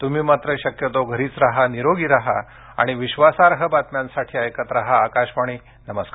तम्ही मात्र शक्यतो घरीच राहा निरोगी राहा आणि विश्वासाई बातम्यांसाठी ऐकत राहा आकाशवाणी नमस्कार